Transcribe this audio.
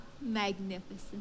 magnificent